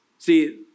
See